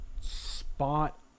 Spot